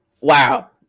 wow